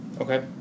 Okay